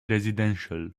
residential